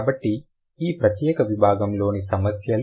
కాబట్టి ఇవి ఈ ప్రత్యేక విభాగంలోని సమస్యలు